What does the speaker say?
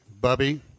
bubby